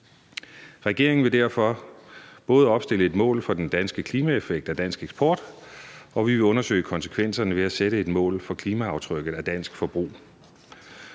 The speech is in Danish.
Regeringen vil derfor både opstille et mål for den danske klimaeffekt af dansk eksport og undersøge konsekvenserne ved at sætte et mål for klimaaftrykket af dansk forbrug.